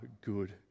good